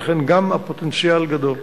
ולכן גם הפוטנציאל גדול.